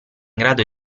grado